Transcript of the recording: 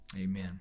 Amen